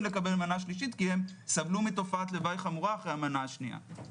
לקבל מנה שלישית כי הם סבלו מתופעת לוואי חמורה אחרי המנה השנייה.